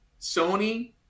Sony